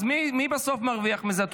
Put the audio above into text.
אז מי בסוף מרוויח מזה?